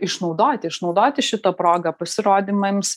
išnaudoti išnaudoti šitą progą pasirodymams